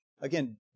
again